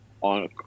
on